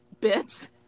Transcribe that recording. bits